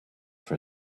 for